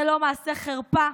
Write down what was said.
זה לא מעשה חרפה?